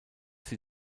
sie